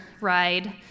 ride